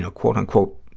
ah quote, unquote,